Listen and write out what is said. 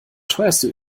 teuerste